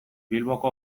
bilboko